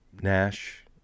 Nash